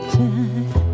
time